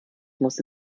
musste